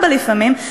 24 לפעמים,